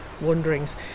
wanderings